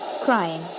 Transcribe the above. crying